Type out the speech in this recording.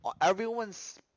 everyone's